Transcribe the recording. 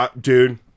dude